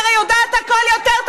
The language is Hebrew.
אתה יודע מה זה תיאטרון,